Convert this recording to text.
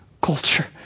culture